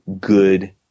good